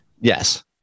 Yes